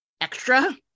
extra